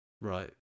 Right